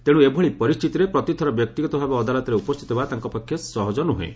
ତେଣୁ ଏଭଳି ପରିସ୍ଥିତିରେ ପ୍ରତିଥର ବ୍ୟକ୍ତିଗତ ଭାବେ ଅଦାଲତରେ ଉପସ୍ଥିତ ହେବା ତାଙ୍କ ପକ୍ଷେ ସହଜ ନୁହେଁ